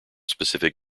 specific